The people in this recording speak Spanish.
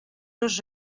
los